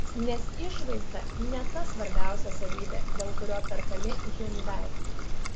nes išvaizda ne ta svarbiausia savybė dėl kurio perkami hyundai